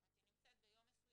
זאת אומרת היא נמצאת ביום מסוים,